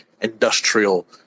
industrial